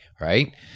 right